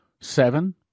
Seven